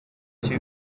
too